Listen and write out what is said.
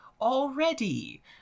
already